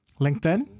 LinkedIn